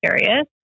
curious